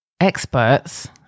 experts